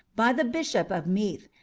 by the bishop of meath,